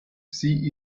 sie